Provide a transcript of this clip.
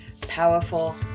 powerful